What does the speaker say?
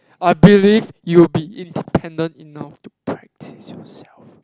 I believe you'll be independent enough to practise yourself